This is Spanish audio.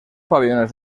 pabellones